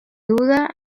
duda